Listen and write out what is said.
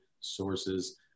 sources